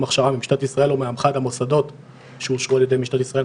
הכשרה ממשטרת ישראל או מאחד המוסדות שאושרו על ידי משטרת ישראל,